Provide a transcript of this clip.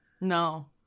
No